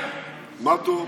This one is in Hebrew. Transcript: מה טוב.